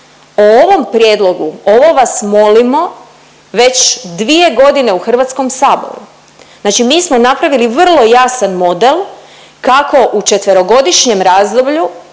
O ovom prijedlogu ovo vas molimo već 2 godine u Hrvatskom saboru. Znači mi smo napravili vrlo jasan model kako u četverogodišnjem razdoblju